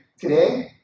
Today